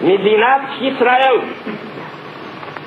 כשפרצה האינתיפאדה הראשונה